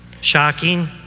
shocking